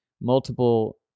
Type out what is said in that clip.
multiple